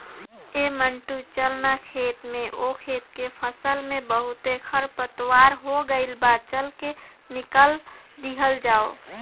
ऐ मंटू चल ना खेत में ओह खेत के फसल में बहुते खरपतवार हो गइल बा, चल के निकल दिहल जाव